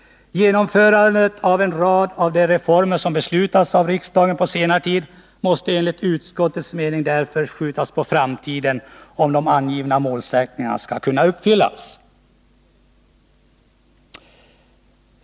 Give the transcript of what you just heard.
Genomförandet av en rad av de reformer som beslutats av riksdagen på senare tid måste enligt utskottets mening därför skjutas på framtiden om de angivna målsättningarna skall kunna uppfyllas.